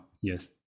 Yes